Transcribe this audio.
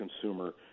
consumer